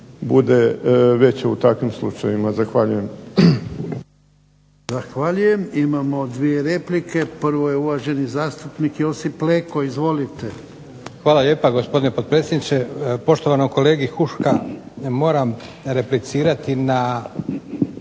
bude veća u takvim slučajevima. Zahvaljujem.